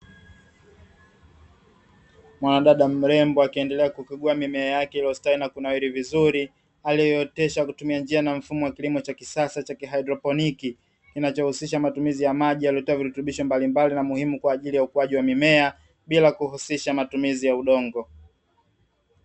Mwanadada akiendelea kukagua mimea yake iliyostawi na kunawiri vizuri, aliyootesha kupitia njia na mfumo wa kilimo cha kisasa cha haidroponi. Kinachohusisha matumizi ya maji yaliyotiwa virutubisho mbalimbali na muhimu kwa ajili ya ukuaji wa mimea, bila kuhusisha matumizi ya udongo.